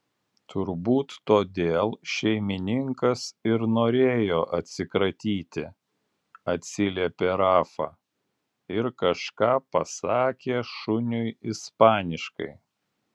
turbūt todėl šeimininkas ir norėjo atsikratyti atsiliepė rafa ir kažką pasakė šuniui ispaniškai